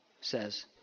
says